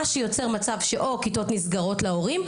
מה שיוצר מצב או כיתות נסגרות להורים,